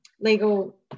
legal